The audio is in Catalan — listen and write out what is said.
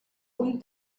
puny